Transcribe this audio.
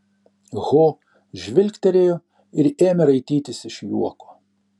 ho žvilgtelėjo ir ėmė raitytis iš juoko